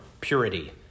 purity